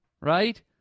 right